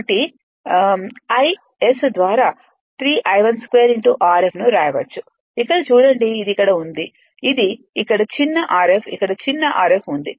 కాబట్టి I S ద్వారా 3 I1 2 Rf ను వ్రాయవచ్చు ఇక్కడ చూడండి ఇది ఇక్కడ ఉంది ఇది ఇక్కడ చిన్న rf ఇక్కడ చిన్న rf ఉంది